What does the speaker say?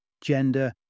gender